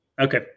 Okay